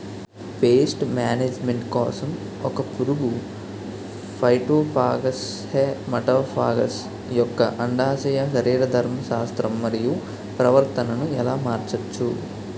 Paste management కోసం ఒక పురుగు ఫైటోఫాగస్హె మటోఫాగస్ యెక్క అండాశయ శరీరధర్మ శాస్త్రం మరియు ప్రవర్తనను ఎలా మార్చచ్చు?